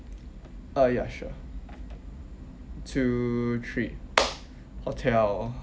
uh ya sure two three hotel